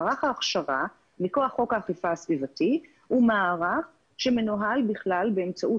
מערך ההכשרה מכוח חוק האכיפה הסביבתי הוא מערך שמנוהל בכלל באמצעות